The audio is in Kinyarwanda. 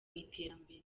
iterambere